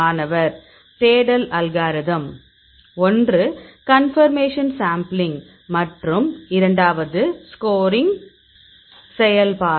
மாணவர் தேடல் அல்காரிதம் ஒன்று கன்பர்மேஷன் சாம்பிளிங்க் மற்றும் இரண்டாவது ஸ்கோரிங் செயல்பாடு